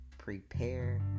prepare